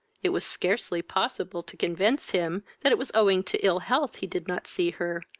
it was scarcely possible to convince him that it was owing to ill health he did not see her,